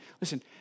listen